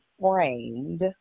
framed